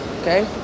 okay